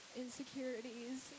insecurities